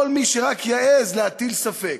כל מי שרק יעז להטיל ספק,